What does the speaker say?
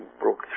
broke